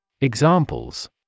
Examples